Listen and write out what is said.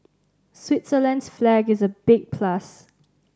Switzerland's flag is a big plus